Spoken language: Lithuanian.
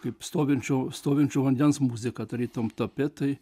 kaip stovinčio stovinčio vandens muzika tarytum tapetai